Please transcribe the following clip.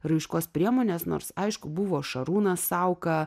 raiškos priemones nors aišku buvo šarūną sauką